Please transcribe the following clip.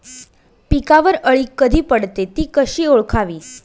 पिकावर अळी कधी पडते, ति कशी ओळखावी?